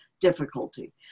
difficulty